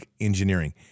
engineering